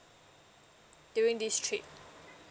during this trip